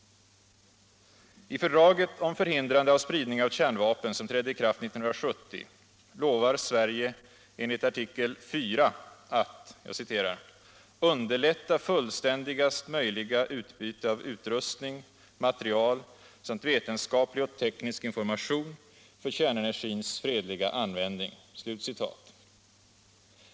I fördraget om förhindrande av spridning av kärnvapen, som trädde i kraft 1970, lovar Sverige enligt artikel IV att ”underlätta ——-—- fullständigast möjliga utbyte av utrustning, material samt vetenskaplig och teknisk information för kärnenergins fredliga användning”.